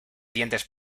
dientes